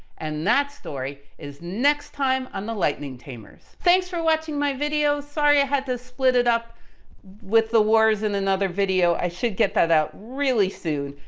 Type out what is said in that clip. and that story is next time on the lightning tamers. thanks for watching my video. sorry i had to split it up with the wars in another video. i should get that out really soon.